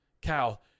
Cal